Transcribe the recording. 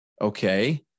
Okay